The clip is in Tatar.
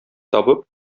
табып